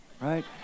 right